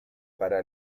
para